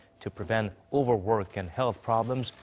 to prevent overwork and health problems,